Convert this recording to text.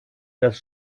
das